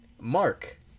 Mark